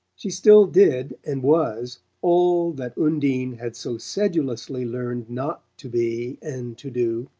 she still did and was all that undine had so sedulously learned not to be and to do